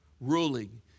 ruling